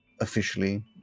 Officially